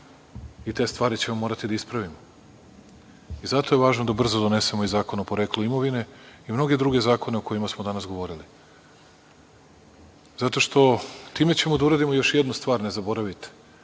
i te stvari ćemo morati da ispravimo. Zato je važno da brzo donesemo i zakon o poreklu imovine i mnoge druge zakone o kojima smo danas govorili. Zato što ćemo time da uradimo još jednu stvar, ne zaboravite,